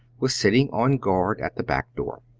was sitting on guard at the back door.